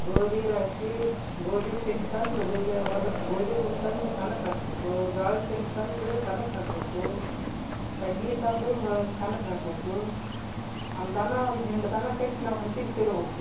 ಗೋದಿ ರಾಶಿ ಗೋದಿ ತೆನಿ ತಂದು ಗೋದಿ ಹೊಲಕ್ಕೆ ಗೋದಿ ಹುಲ್ ತಂದು ಕನಕ್ಕೆ ಹಾಕ್ಬಕು ಜ್ವಾಳದ ತೆನಿ ತಂದು ಕನಕ್ಕೆ ಹಾಕ್ಬಕು ಕಡ್ಲಿ ತಂದು ಹೋದು ಕನಕ್ಕೆ ಹಾಕ್ಬಕು ಒಂದು ದನ ಒಂದು ಹಿಂಡಿ ದನ ಕಟ್ ನಾವು ಹಂತಿಗೆ ತಿರವ್ಬಕು